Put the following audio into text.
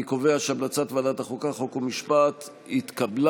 אני קובע שהצעת ועדת החוקה, חוק ומשפט התקבלה.